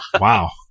wow